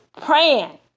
praying